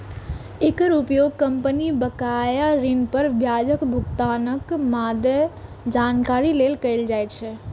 एकर उपयोग कंपनी बकाया ऋण पर ब्याजक भुगतानक मादे जानकारी लेल कैल जाइ छै